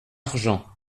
argent